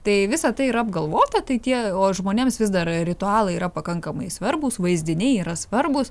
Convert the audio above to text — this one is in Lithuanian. tai visa tai yra apgalvota tai tie o žmonėms vis dar ritualai yra pakankamai svarbūs vaizdiniai yra svarbūs